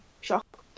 shock